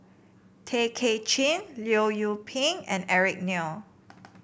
Tay Kay Chin Leong Yoon Pin and Eric Neo